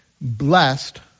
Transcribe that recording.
Blessed